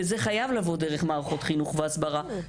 וזה חייב לבוא דרך מערכות חינוך והסברה,